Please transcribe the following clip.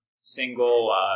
single